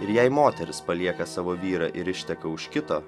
ir jei moteris palieka savo vyrą ir išteka už kito